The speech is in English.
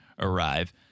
arrive